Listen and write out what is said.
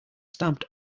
stamped